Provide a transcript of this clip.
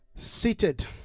Seated